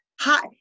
hi